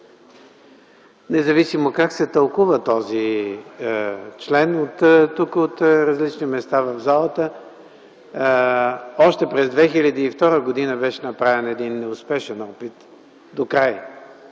Независимо как се тълкува този член от различните места в залата, още през 2002 г. беше направен един неуспешен докрай